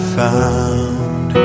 found